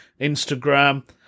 instagram